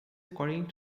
according